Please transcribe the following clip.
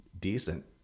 decent